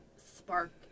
Spark